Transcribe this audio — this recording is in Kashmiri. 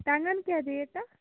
ٹنگن کیٛاہ ریٹا